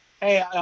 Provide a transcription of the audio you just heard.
hey